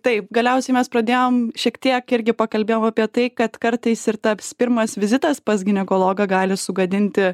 taip galiausiai mes pradėjom šiek tiek irgi pakalbėjom apie tai kad kartais ir taps pirmas vizitas pas ginekologą gali sugadinti